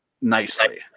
nicely